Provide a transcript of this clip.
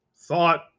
thought